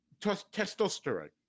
testosterone